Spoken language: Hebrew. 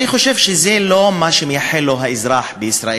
אני חושב שזה לא מה שמייחל לו האזרח בישראל.